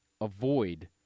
avoid